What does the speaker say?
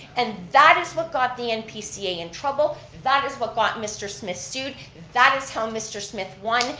and that is what got the npca in trouble, that is what got mr. smith sued, that is how mr. smith won,